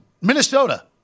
Minnesota